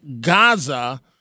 Gaza